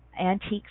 antiques